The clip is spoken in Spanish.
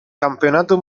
campeonato